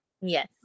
Yes